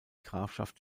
grafschaft